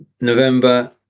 November